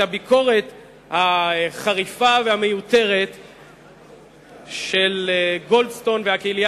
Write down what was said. החריפה והמיותרת של גולדסטון והקהילייה